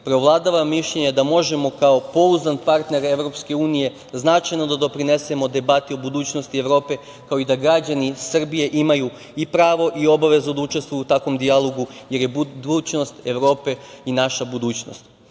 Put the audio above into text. preovladava mišljenje da možemo kao pouzdan partner Evropske unije značajno da doprinesemo o debati u budućnosti Evrope, kao i da građani Srbije imaju i pravo i obavezu da učestvuju u takvom dijalogu, jer je budućnost Evrope i naša budućnost. Iskreno